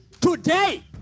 today